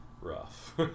rough